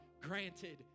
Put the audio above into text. granted